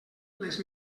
les